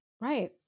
Right